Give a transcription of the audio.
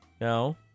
No